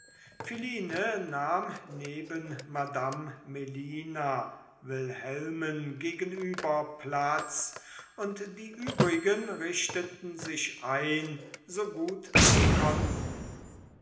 philine nahm neben madame melina wilhelmen gegenüber platz und die übrigen richteten sich ein so gut sie konnten